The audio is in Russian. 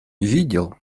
видел